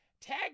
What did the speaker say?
Tag